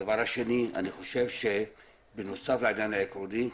הדבר השני, בנוסף לעניין העקרוני,